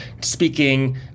speaking